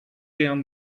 down